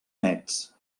nets